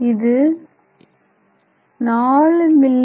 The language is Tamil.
இது 4 மி